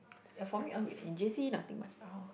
yeah for me oh wait in J_C nothing much lah hor